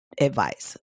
advice